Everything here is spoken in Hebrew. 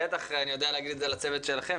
א' בטח שאני יודע להגיד את זה על הצוות שלכם,